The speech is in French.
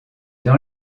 dans